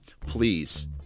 Please